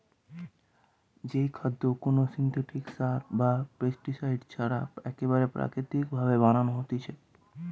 যেই খাদ্য কোনো সিনথেটিক সার বা পেস্টিসাইড ছাড়া একেবারে প্রাকৃতিক ভাবে বানানো হতিছে